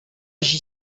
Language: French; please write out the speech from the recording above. j’y